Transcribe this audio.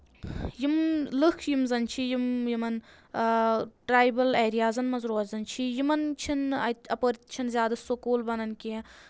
یِم لُکھ یِم زَن چھِ یِم یِمن ٹرایبٕل ایریازَن منٛز روزان چھِ یِمَن چھِنہٕ اَتہِ اَپٲرۍ تہِ چھِنہٕ زیادٕ سکوٗل بَنان کینٛہہ